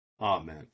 Amen